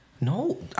No